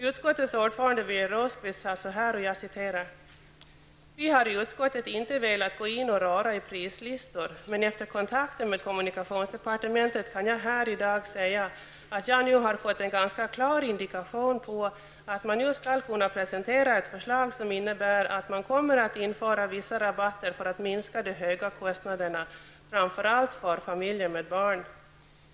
Utskottets ordförande, Birger Rosqvist, sade då: ”Vi har i utskottet inte velat gå in och röra i prislistor. Men efter kontakter med kommunikationsdepartementet kan jag här i dag säga att jag nu har fått en ganska klar indikation på att man nu skall kunna presentera ett förslag som innebär att man kommer att införa vissa rabatter för att minska de höga kostnaderna, framför allt för familjer med barn.